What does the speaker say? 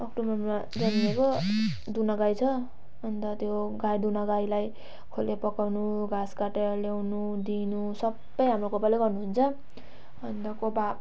अक्टोबरमा जन्मेको दुहुना गाई छ अन्त त्यो दुहुना गाईलाई खोले पकाउनु घाँस काटेर ल्याउनु दिनु सबै हाम्रो कोपाले गर्नु हुन्छ अन्त कोपा